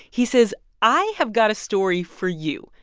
he says i have got a story for you.